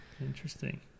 Interesting